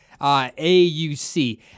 AUC